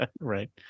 Right